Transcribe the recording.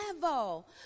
level